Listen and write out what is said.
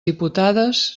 diputades